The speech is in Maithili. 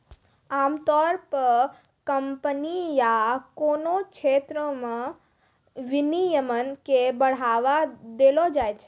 आमतौर पे कम्पनी या कोनो क्षेत्र मे विनियमन के बढ़ावा देलो जाय छै